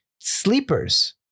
Sleepers